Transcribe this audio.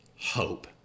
hope